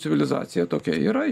civilizacija tokia yra